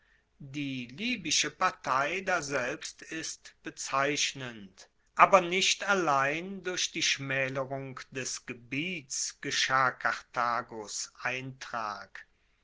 die libysche partei daselbst ist bezeichnend aber nicht allein durch die schmaelerung des gebiets geschah karthagos eintrag